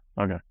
Okay